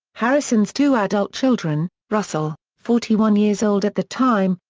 harrison's two adult children, russell, forty one years old at the time,